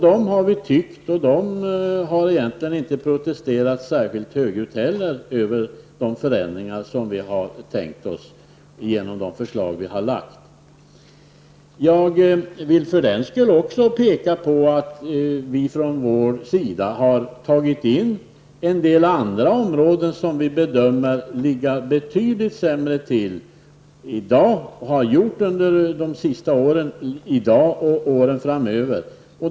Dessa städer har inte protesterat särskilt högljutt över de förändringar som vi har föreslagit och tänkt genomföra. Jag vill också peka på att vi för vår del har tagit in vissa andra områden som vi bedömer ligger betydligt sämre till i dag. De har legat dåligt till under de senaste åren, och man kan räkna med att de kommer att ligga dåligt till även framöver.